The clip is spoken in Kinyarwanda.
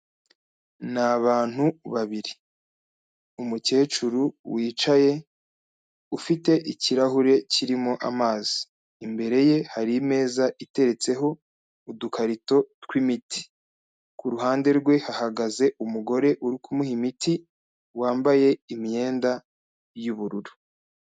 Nabantu babiri umukecuru wicaye ufite ikirahure kirimo amazi imbere ye hari meza iteretseho udukarito twimiti kuruhande rwe hahagaze umugore uri kumuha imiti wambaye imyenda yubururu.